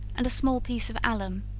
and a small piece of alum,